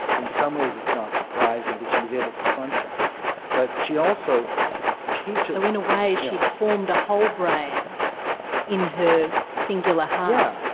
in some ways it's not surprising that she was able to function but she also teaches. in a way she had formed a whole brain in her singular half?